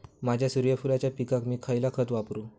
माझ्या सूर्यफुलाच्या पिकाक मी खयला खत वापरू?